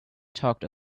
talked